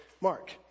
Mark